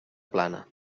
plana